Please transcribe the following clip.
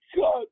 God